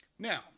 Now